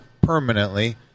permanently